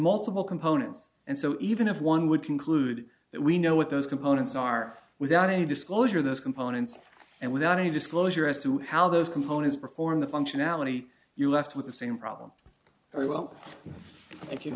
multiple components and so even if one would conclude that we know what those components are without any disclosure of those components and without any disclosure as to how those components perform the functionality you're left with the same problem very well thank